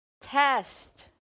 test